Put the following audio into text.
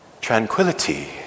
tranquility